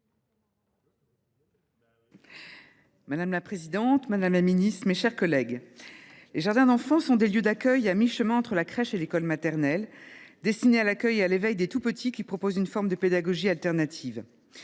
Madame la présidente, madame la ministre, mes chers collègues, les jardins d’enfants sont des lieux d’accueil à mi chemin entre la crèche et l’école maternelle. Destinés à l’accueil et à l’éveil des tout petits, ils proposent une forme de pédagogie alternative.